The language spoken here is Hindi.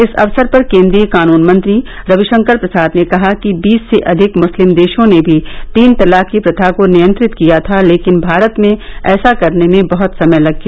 इस अवसर पर केंद्रीय कानून मंत्री रविशंकर प्रसाद ने कहा कि बीस से अधिक मुस्लिम देशों ने भी तीन तलाक की प्रथा को नियंत्रित किया था लेकिन भारत में ऐसा करने में बहुत समय लग गया